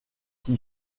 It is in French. qui